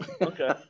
Okay